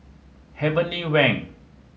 heavenly Wang